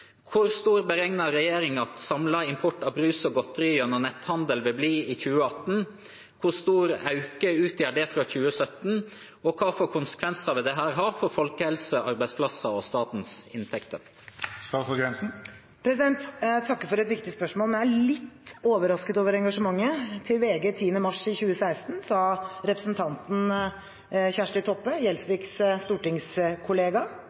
Hvor stor beregner regjeringen at samlet import av brus og godteri gjennom netthandel vil bli i 2018, hvor stor økning utgjør det fra 2017, og hvilke konsekvenser vil dette ha for folkehelse, arbeidsplasser og statens inntekter?» Jeg takker for et viktig spørsmål, men jeg er litt overrasket over engasjementet. Til VG 10. mars 2016, tok representanten Gjelsviks stortingskollega Kjersti Toppe